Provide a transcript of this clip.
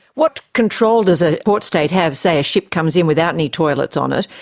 what control does a port-state have say a ship comes in without any toilets on it,